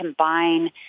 combine